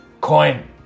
Coin